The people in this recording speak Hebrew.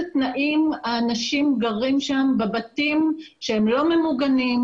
תנאים האנשים גרים שם בבתים שהם לא ממגונים,